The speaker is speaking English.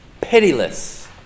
Pitiless